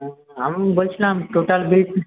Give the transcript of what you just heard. আমি বলছিলাম টোটাল বিল